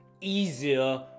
easier